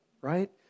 Right